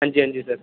हां जी हां जी सर